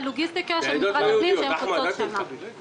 של המשרד בגין הוצאות שוטפות שחוצות שנים כגון ניקיון ואבטחה.